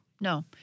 No